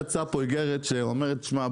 יצאה פה איגרת שאומרת תשמע,